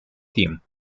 team